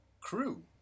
crew